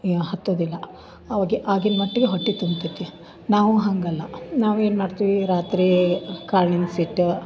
ಹತ್ತೋದಿಲ್ಲ ಅವ್ಗೆ ಆಗಿಲ್ಲ ಮಟ್ಟಿಗೆ ಹೊಟ್ಟೆ ತುಂಬ್ತೈತಿ ನಾವು ಹಾಗಲ್ಲ ನಾವೇನು ಮಾಡ್ತೀವಿ ರಾತ್ರಿ ಕಾಯಿ ನೆನ್ಸಿಟ್ಟು